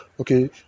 Okay